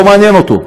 לא מעניין אותו,